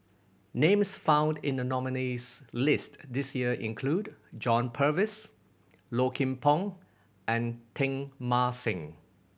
names found in the nominees' list this year include John Purvis Low Kim Pong and Teng Mah Seng